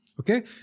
Okay